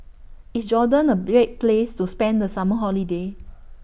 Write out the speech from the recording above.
IS Jordan A Place to spend The Summer Holiday